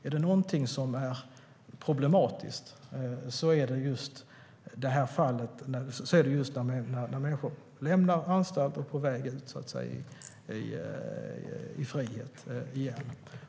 Är det någonting som är problematiskt är det just när människor lämnar anstalten och är på väg ut i frihet igen.